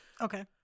Okay